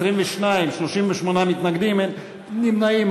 22, 38 מתנגדים, אין נמנעים.